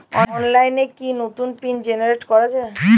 অনলাইনে কি নতুন পিন জেনারেট করা যায়?